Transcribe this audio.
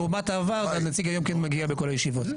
לעומת העבר הנציג היום כן מגיע לכל הישיבות.